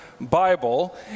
Bible